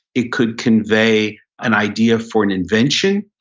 it could convey an idea for an invention.